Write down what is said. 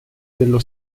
dello